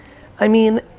i mean,